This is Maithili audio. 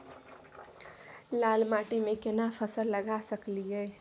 लाल माटी में केना फसल लगा सकलिए?